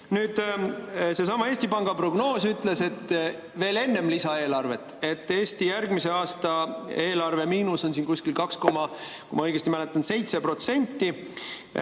Seesama Eesti Panga prognoos ütles veel enne lisaeelarvet, et Eesti järgmise aasta eelarve miinus on kuskil 2,7%,